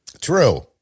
True